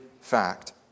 fact